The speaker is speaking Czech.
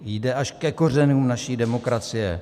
Jde až ke kořenům naší demokracie.